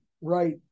right